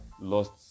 lost